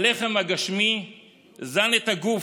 הלחם הגשמי זן את הגוף,